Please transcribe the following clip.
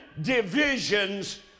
divisions